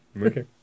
Okay